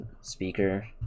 speaker